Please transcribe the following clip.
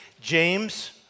James